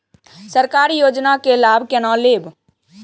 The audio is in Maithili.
सरकारी योजना के लाभ केना लेब?